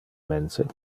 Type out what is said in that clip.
mense